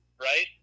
right